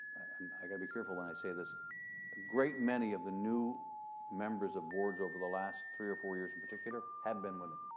um got to be careful when i say this a great many of the new members of boards over the last three or four years in particular, have been women.